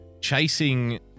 chasing